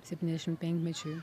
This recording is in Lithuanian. septyniasdešim penkmečiui